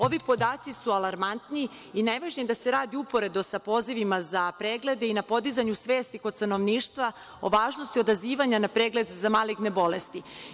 Ovi podaci, su alarmantni i najvažnije je da se radi uporedo sa pozivima za preglede i na podizanju svesti kod stanovništva, o važnosti odazivanja za pregled za maligne bolesti.